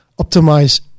optimize